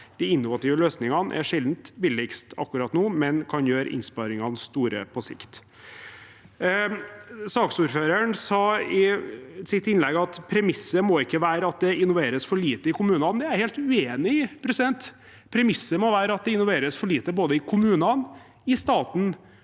De innovative løsningene er sjelden billigst akkurat nå, men de kan gjøre innsparingene store på sikt. Saksordføreren sa i sitt innlegg at premisset ikke må være at det innoveres for lite i kommunene. Det er jeg helt uenig i. Premisset må være at det innoveres for lite både i kommunene, i staten